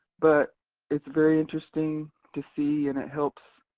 but it's very interesting to see and it helps,